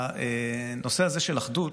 בנושא הזה של אחדות,